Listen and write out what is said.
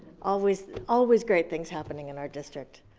always always great things happening in our district.